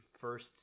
first